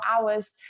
Hours